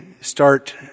start